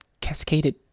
cascaded